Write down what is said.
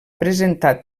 presentar